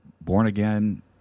born-again